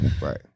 Right